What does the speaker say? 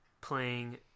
playing